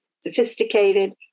sophisticated